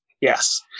Yes